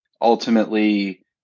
ultimately